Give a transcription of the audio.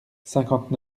cinquante